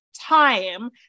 time